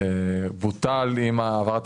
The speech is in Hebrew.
הבחירות המוניציפאליות תומכות גם בבחירות